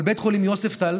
אבל בית חולים יוספטל,